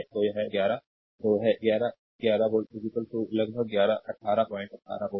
तो यह 11 2 है 11 11 वोल्ट लगभग 1818 वोल्ट